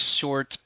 short